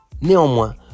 Néanmoins